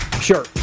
Sure